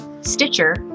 Stitcher